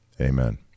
amen